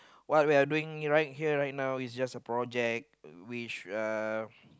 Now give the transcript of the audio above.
what we are doing right here right now is just a project which uh